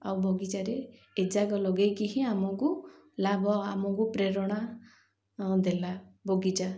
ଆଉ ବଗିଚାରେ ଏଯାକ ଲଗାଇକି ହିଁ ଆମକୁ ଲାଭ ଆମକୁ ପ୍ରେରଣା ଦେଲା ବଗିଚା